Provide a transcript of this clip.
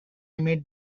met